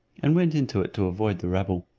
and went into it to avoid the rabble.